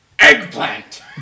Eggplant